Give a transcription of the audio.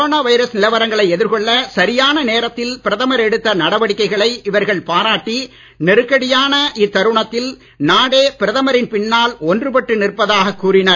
corona virus நிலவரங்களை எதிர்கொள்ள சரியான நேரத்தில் பிரதமர் எடுத்த நடவடிக்கைகளை இவர்கள் பாராட்டி நெருக்கடியான இத்தருணத்தில் நாடே பிரதமரின் பின்னால் ஒன்று பட்டு நிற்பதாக கூறினர்